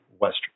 Western